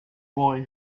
boy